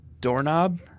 doorknob